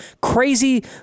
crazy